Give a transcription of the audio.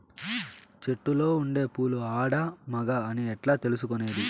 చెట్టులో ఉండే పూలు ఆడ, మగ అని ఎట్లా తెలుసుకునేది?